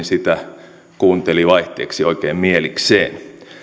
sitä kuunteli vaihteeksi oikein mielikseen